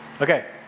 Okay